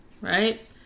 Right